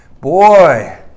Boy